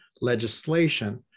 legislation